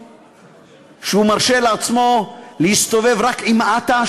שהוא מרשה לעצמו להסתובב רק עם "אתא",